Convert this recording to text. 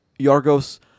Yargos